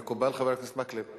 מקובל, חבר הכנסת מקלב?